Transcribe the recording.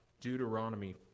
Deuteronomy